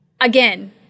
again